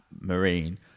marine